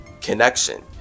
connection